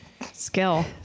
skill